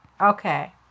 Okay